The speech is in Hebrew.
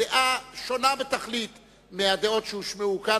דעה שונה בתכלית מהדעות שהושמעו כאן,